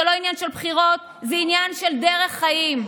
זה לא עניין של בחירות, זה עניין של דרך חיים.